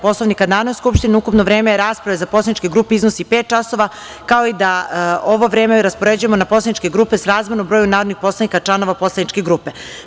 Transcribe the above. Poslovnika Narodne skupštine, ukupno vreme rasprave za poslaničke grupe iznosi pet časova, kao i da ovo vreme raspoređujemo na poslaničke grupe srazmerno broju narodnih poslanika članova poslaničke grupe.